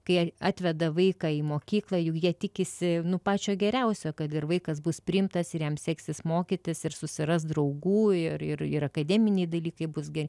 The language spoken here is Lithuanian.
kai atveda vaiką į mokyklą juk jie tikisi nu pačio geriausio kad ir vaikas bus priimtas ir jam seksis mokytis ir susiras draugų ir ir akademiniai dalykai bus geri